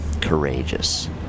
courageous